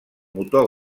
motor